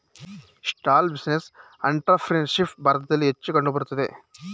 small business entrepreneurship ಭಾರತದಲ್ಲಿ ಹೆಚ್ಚು ಕಂಡುಬರುತ್ತದೆ